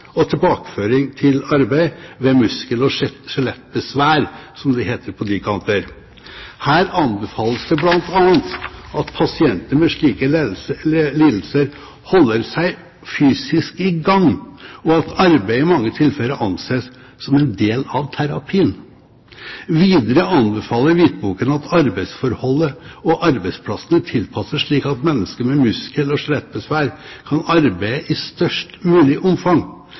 og tilbakeføring til arbeid ved «muskel- og skeletbesvær», som det heter på de kanter. Her anbefales det bl.a. at pasienter med slike lidelser holder seg fysisk i gang, og at arbeid i mange tilfeller anses som del av terapien. Videre anbefaler hvitboken at arbeidsforholdet og arbeidsplassene tilpasses slik at mennesker med «muskel- og skeletbesvær» kan arbeide i størst mulig omfang,